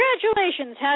congratulations